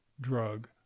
drug